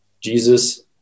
Jesus